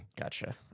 Gotcha